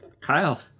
Kyle